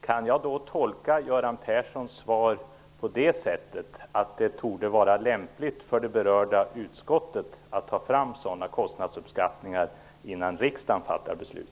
Kan jag tolka Göran Perssons svar på det sättet att det torde vara lämpligt för det berörda utskottet att ta fram sådana kostnadsuppskattningar innan riksdagen fattar beslut?